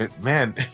man